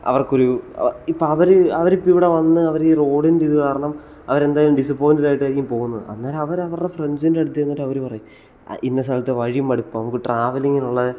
അവർക്കൊരു ഇപ്പം അവർ അവരിപ്പം ഇവിടെ വന്ന് അവർ ഈ റോഡിൻ്റെ ഇത് കാരണം അവരെന്തായാലും ഡിസപ്പോയിൻറ്റഡ് ആയിട്ടായിരിക്കും പോകുന്നത് അന്നേരം അവർ അവരുടെ ഫ്രണ്ട്സിൻ്റെ അടുത്ത് ചെന്നിട്ട് അവർ പറയും ആ ഇന്ന സ്ഥലത്തെ വഴി മടുപ്പാകും നമുക്ക് ട്രാവലിംഗിനുള്ള സമയം